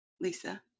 Lisa